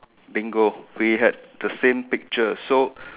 bingo we had the same picture so